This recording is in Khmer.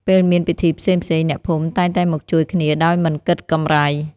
ពេលមានពិធីផ្សេងៗ អ្នកភូមិតែងតែមកជួយគ្នាដោយមិនគិតកម្រៃ។